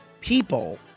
people